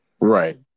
Right